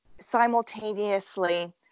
simultaneously